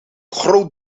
groot